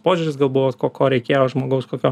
požiūris gal buvo ko ko reikėjo žmogaus kokio